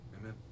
Amen